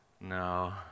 No